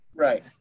Right